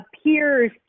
appears